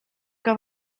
que